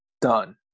Done